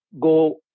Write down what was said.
go